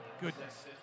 goodness